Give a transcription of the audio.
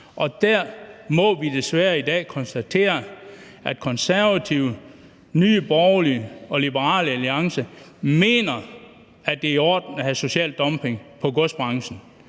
Og der må vi desværre i dag konstatere, at Konservative, Nye Borgerlige og Liberal Alliance mener, at det er i orden at have social dumping i godsbranchen.